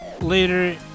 Later